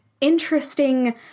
interesting